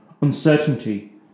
uncertainty